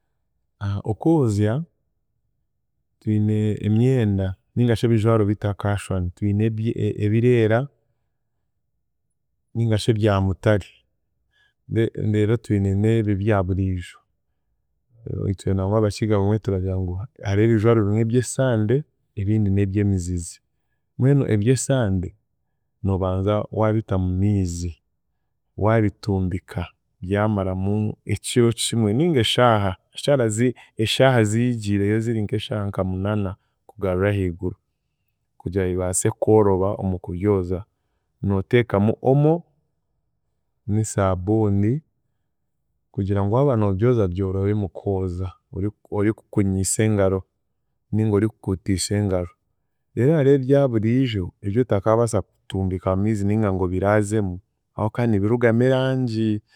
Okwozya twine emyenda nigashi ebijwaro bitakaashwana, twine ebye ebireera nigashi ebyamutare re- reero twine n'ebyo ebyaburiijo, itwe nangwa Abakiga obumwe turagira ngu hariho ebijwaro bimwe eby'esande ebindi n’ebyemizizi. Mbwenu eby'esande noobanza waabita mu miizi waabitumbika, byamaramu ekiro kimwe ninga eshaaha, eshaara ziigi eshaaha ziigiireyo ziri nk'eshaaha nka munana kugarura ahiguru, kugira bibaase kworoba omu kubyoza, nooteekamu omo n’esabuni kugira ngu waaba noobyoza byorobe mukwozya oriku orikukunyisa engaro ninga orikukuutiisa engaro. Reero hariho ebyaburiijo ebyotakaabaasa kutumbika mumiizi ninga ng'obiraazemu ahokuba nibirugamu erangi